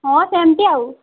ହଁ ସେମତି ଆଉ